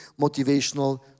motivational